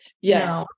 Yes